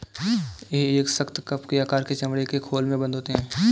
यह एक सख्त, कप के आकार के चमड़े के खोल में बन्द होते हैं